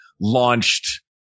launched